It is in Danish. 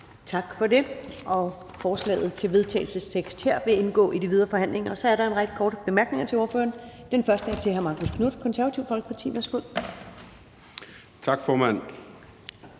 Tak for det. Forslaget til vedtagelse her vil indgå i de videre forhandlinger. Så er der en række korte bemærkninger til ordføreren. Den første er fra hr. Marcus Knuth, Det Konservative Folkeparti. Værsgo. Kl.